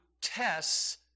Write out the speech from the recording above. tests